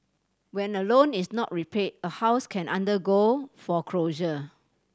when a loan is not repay a house can undergo foreclosure